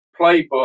playbook